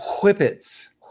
Whippets